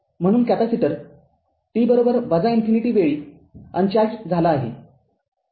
म्हणूनकॅपेसिटर t infinity वेळी uncharged झाला आहे